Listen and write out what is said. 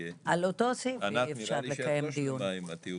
ענת, נראה לי שאת לא שלמה עם הטיעון.